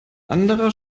anderer